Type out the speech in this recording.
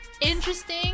interesting